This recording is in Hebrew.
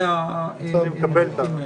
החוקים.